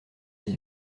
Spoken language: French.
dix